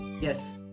Yes